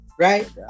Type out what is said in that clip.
Right